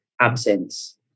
absence